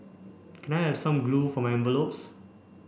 can I have some glue for my envelopes